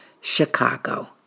Chicago